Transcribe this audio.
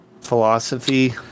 philosophy